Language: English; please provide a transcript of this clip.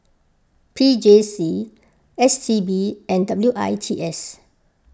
P J C S T B and W I T S